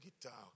guitar